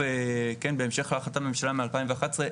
בהמשך להחלטת ממשלה מ-2011,